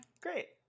Great